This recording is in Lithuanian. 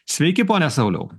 sveiki pone sauliau